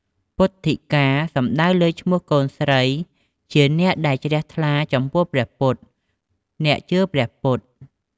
ពុទិ្ធកា សំដៅលើឈ្មោះកូនស្រីជាអ្នកដែលជ្រះថ្លាចំពោះព្រះពុទ្ធ អ្នកជឿព្រះពុទ្ធ។